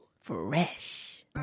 Fresh